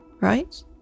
right